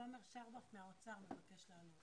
תומר שרבף מהאוצר מבקש לעלות.